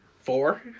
Four